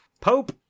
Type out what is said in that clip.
Pope